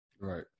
Right